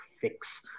fix